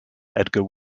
edgar